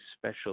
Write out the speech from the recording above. special